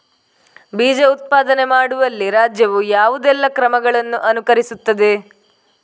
ಬೀಜ ಉತ್ಪಾದನೆ ಮಾಡುವಲ್ಲಿ ರಾಜ್ಯವು ಯಾವುದೆಲ್ಲ ಕ್ರಮಗಳನ್ನು ಅನುಕರಿಸುತ್ತದೆ?